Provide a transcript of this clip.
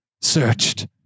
searched